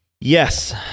Yes